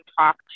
talk